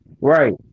Right